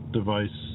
Device